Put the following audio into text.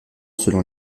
selon